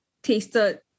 tasted